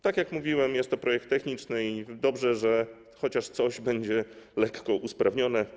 Tak jak mówiłem, jest to projekt techniczny i dobrze, że chociaż coś będzie lekko usprawnione.